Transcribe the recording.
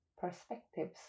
perspectives